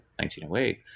1908